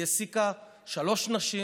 היא העסיקה שלוש נשים.